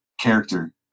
character